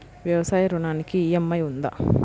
వ్యవసాయ ఋణానికి ఈ.ఎం.ఐ ఉందా?